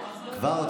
חבר הכנסת סעדה,